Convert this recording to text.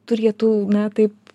turėtų na taip